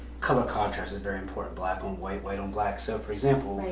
color contrast is very important black on white, white on black. so for example,